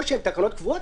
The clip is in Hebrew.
או שהן תקנות קבועות,